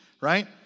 Right